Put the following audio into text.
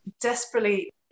desperately